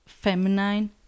Feminine